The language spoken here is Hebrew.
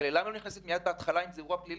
למה היא לא נכנסת מההתחלה אם מדובר באירוע פלילי.